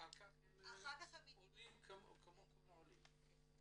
אחר כך עולים כמו כל העולים.